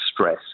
stress